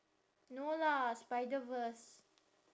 no lah spider-verse